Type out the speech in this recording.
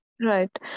Right